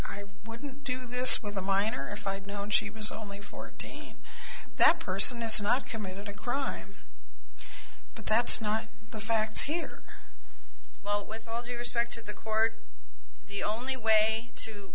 i wouldn't do this with a minor if i had known she was only fourteen that person has not committed a crime but that's not the facts here well with all due respect to the court the only way to